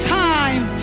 time